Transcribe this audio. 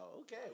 Okay